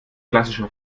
klassischer